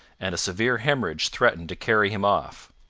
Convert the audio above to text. and a severe hemorrhage threatened to carry him off.